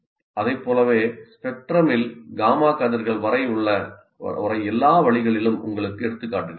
அதைப் போலவே ஸ்பெக்ட்ரமில் காமா கதிர்கள் வரை எல்லா வழிகளிலும் உங்களுக்கு எடுத்துக்காட்டுகள் உள்ளன